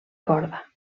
corda